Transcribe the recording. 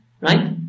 Right